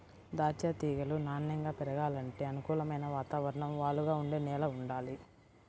దాచ్చా తీగలు నాన్నెంగా పెరగాలంటే అనుకూలమైన వాతావరణం, వాలుగా ఉండే నేల వుండాలి